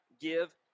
give